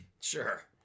Sure